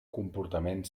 comportament